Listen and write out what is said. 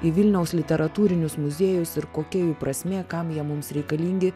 į vilniaus literatūrinius muziejus ir kokia jų prasmė kam jie mums reikalingi